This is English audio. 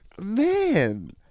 Man